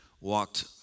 walked